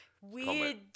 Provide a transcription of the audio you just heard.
weird